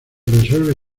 resuelve